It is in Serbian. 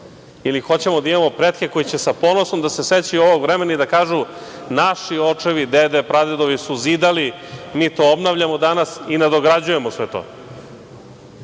ili hoćemo da imamo pretke koji će sa ponosom da se sećaju ovog vremena i da kažu – naši očevi, dede, pradedovi su zidali, mi to obnavljamo danas i nadograđujemo sve to,